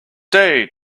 day